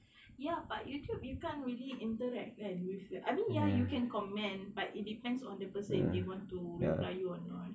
ya but youtube you can't really interact kan with the I mean ya you can comment but it depends on the person if they want to reply you or not